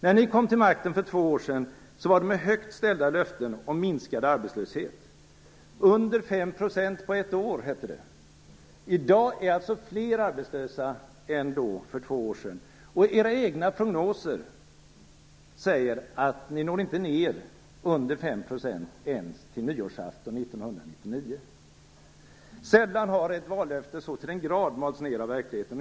När ni kom till makten för två år sedan var det med högtställda löften om minskad arbetslöshet. Under 5 % på ett år, hette det. I dag är alltså fler arbetslösa än för två år sedan. Era egna prognoser säger att ni inte når ned under 5 % ens till nyårsafton 1999. Sällan har ett vallöfte så till den grad malts ned av verkligheten.